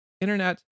internet